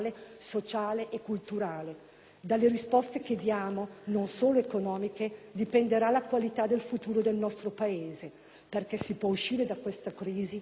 Dalle risposte che diamo, non solo economiche, dipenderà la qualità del futuro del nostro Paese, perché si può uscire da questa crisi o più uniti o più divisi.